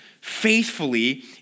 faithfully